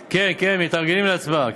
כן, מתארגנים להצבעה.